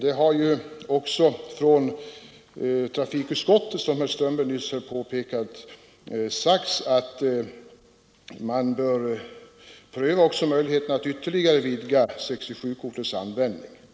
Som herr Strömberg sade har trafikutskottet också skrivit att man även bör pröva möjligheterna att vidga 67-kortets användning ytterligare.